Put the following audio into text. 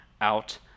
out